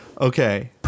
Okay